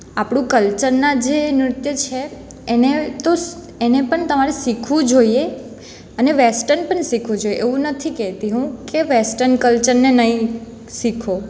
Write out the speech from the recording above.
આપણું કલ્ચરના જે નૃત્ય છે એને તો એને પણ તમારે શીખવું જોઈએ અને વેસ્ટન પણ શીખવું જોએ એવું નથી કહેતી હું કે વેસ્ટન કલ્ચરને નહીં શીખો